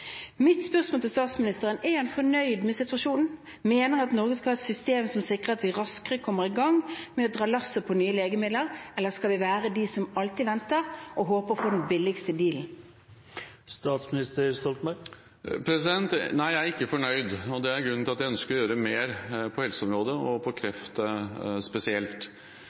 spørsmål til statsministeren er: Er han fornøyd med situasjonen? Mener han at Norge skal ha et system som sikrer at vi raskere kommer i gang med å dra lasset for nye legemidler, eller skal vi være de som alltid venter og håper på å få den billigste «dealen»? Nei, jeg er ikke fornøyd. Det er grunnen til at jeg ønsker å gjøre mer på helseområdet, og på kreftområdet spesielt.